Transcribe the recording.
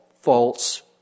false